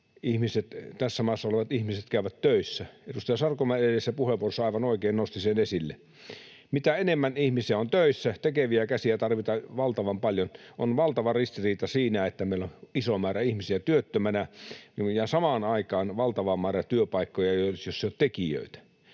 tässä maassa olevat ihmiset käyvät töissä. Edustaja Sarkomaa edellisessä puheenvuorossa aivan oikein nosti sen esille. Tekeviä käsiä tarvitaan valtavan paljon. On valtava ristiriita siinä, että meillä on iso määrä ihmisiä työttömänä ja samaan aikaan valtava määrä työpaikkoja, joissa ei ole tekijöitä.